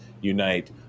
Unite